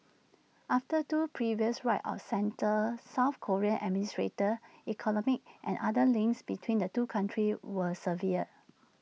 after two previous right of centre south Korean administrated economic and other links between the two countries were severed